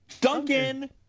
Duncan